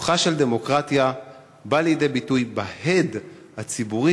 כוחה של דמוקרטיה בא לידי ביטוי בהד הציבורי